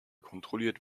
kontrolliert